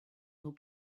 nos